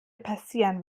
passieren